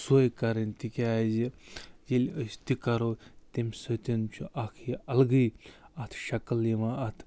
سوٕے کَرٕنۍ تِکیٛازِ ییٚلہِ أسۍ تہِ کَرَو تٔمۍ سۭتۍ چھُ اَکھ یہِ الگٕے اَتھ شکل یِوان اَتھ